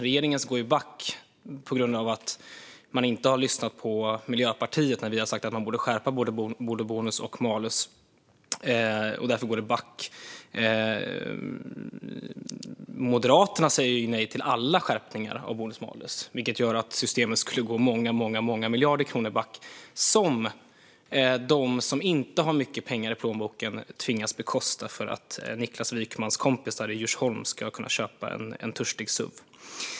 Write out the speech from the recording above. Regeringens går back på grund av att man inte har lyssnat på Miljöpartiet när vi har sagt att man borde skärpa både bonus och malus. Därför går det back. Moderaterna säger nej till alla skärpningar av bonus malus. Det gör att systemet skulle gå många miljarder kronor back. Det är något som de som inte har mycket pengar i plånboken tvingas bekosta för att Niklas Wykmans kompisar i Djursholm ska kunna köpa en törstig suv.